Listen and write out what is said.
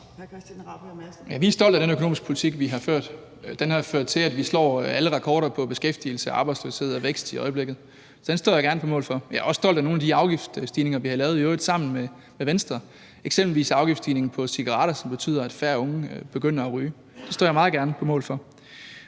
(S): Vi er stolte af den økonomiske politik, vi har ført. Den har ført til, at vi i øjeblikket slår alle rekorder, når det gælder beskæftigelse, lav arbejdsløshed og vækst. Den står jeg gerne på mål for. Jeg er også stolt af nogle af de afgiftsstigninger, vi har lavet – i øvrigt sammen med Venstre. Det er eksempelvis afgiftsstigninger på cigaretter, som betyder, at færre unge begynder at ryge. Det står jeg meget gerne på mål for.